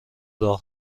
راه